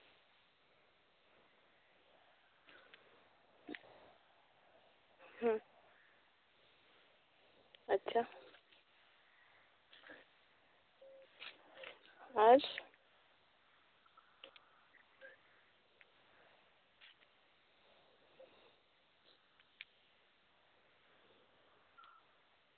ᱦᱩᱸ ᱟᱪᱪᱷᱟ ᱟᱨ